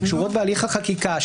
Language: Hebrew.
שקשורות בהליך החקיקה,